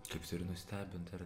kaip turi nustebint ar